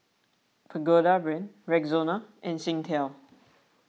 Pagoda Brand Rexona and Singtel